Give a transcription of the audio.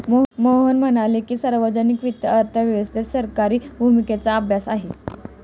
मोहन म्हणाले की, सार्वजनिक वित्त अर्थव्यवस्थेत सरकारी भूमिकेचा अभ्यास आहे